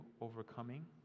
overcoming